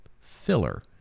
filler